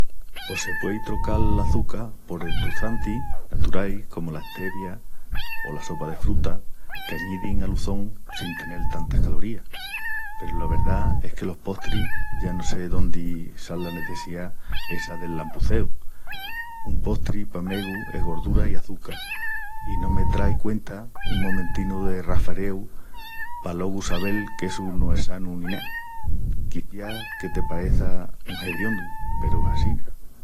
Pos se puei trocal l'açuca por enduçantis naturalis comu la stevia o la sopa de frutas, que añidin aluçón en sin tantas calorías. Peru la verdá es que los postris yo no sé dóndi sal la nesseciá essa del lampuzeu. Un postri, pa megu, es gordura i açuca, i no me trai cuenta un momentinu de rafereu pa alogu sabel qu'essu no es sanu ni ná. Quiciás que te pareça un hediondu peru es assina.